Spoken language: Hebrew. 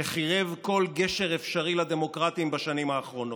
שחירב כל גשר אפשרי לדמוקרטים בשנים האחרונות.